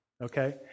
okay